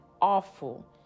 awful